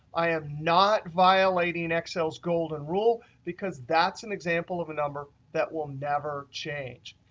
i am not violating excel's golden rule. because that's an example of a number that will never change.